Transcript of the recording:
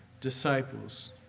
disciples